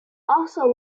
also